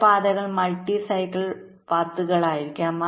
ചില പാതകൾ മൾട്ടി സൈക്കിൾപാതകളായിരിക്കാം